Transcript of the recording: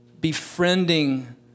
befriending